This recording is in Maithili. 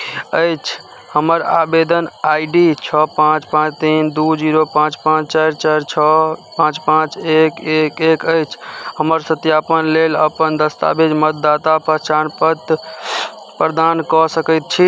अछि हमर आवेदन आइ डी छओ पाँच पाँच तीन दू जीरो पाँच पाँच चारि चारि छओ पाँच पाँच एक एक एक अछि हमर सत्यापन लेल अपन दस्तावेज मतदाता पहचानपत्र प्रदान कऽ सकैत छी